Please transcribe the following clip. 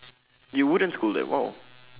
you wouldn't scold them !wow!